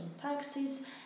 taxes